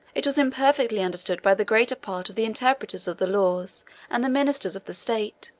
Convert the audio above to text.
it was imperfectly understood by the greater part of the interpreters of the laws and the ministers of the state.